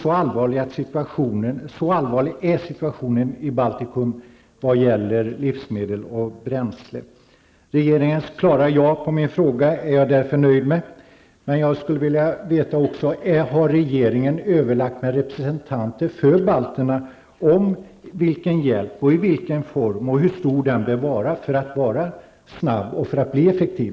Så allvarlig är situationen i Baltikum vad gäller livsmedel och bränsle. Regeringens klara ja som svar på min fråga är jag därför nöjd med. Men jag skulle även vilja veta om regeringen har överlagt med representanter för balterna om vilken hjälp som behövs, i vilken form hjälp skall ges och hur stor den bör vara för att bli effektiv.